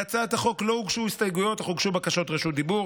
להצעת החוק לא הוגשו הסתייגויות אך הוגשו בקשות רשות דיבור.